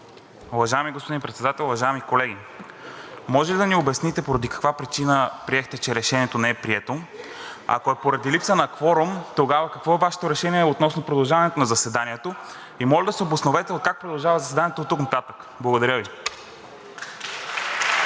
Уважаеми господин Председател, уважаеми колеги! Може ли да ни обясните поради каква причина приехте, че Решението не е прието? Ако е поради липса на кворум, тогава какво е Вашето решение относно продължаването на заседанието? И моля да се обосновете как продължава заседанието оттук нататък. Благодаря Ви.